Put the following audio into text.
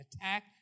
attack